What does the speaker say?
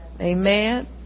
Amen